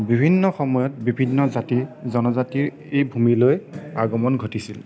বিভিন্ন সময়ত বিভিন্ন জাতিৰ জনজাতিৰ এই ভূমিলৈ আগমন ঘটিছিল